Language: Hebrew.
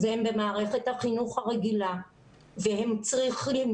והם במערכת החינוך הרגילה והם צריכים